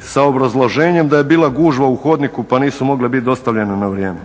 sa obrazloženjem da je bila gužva u hodniku pa nisu mogle biti dostavljene na vrijeme?